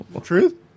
Truth